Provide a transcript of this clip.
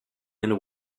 and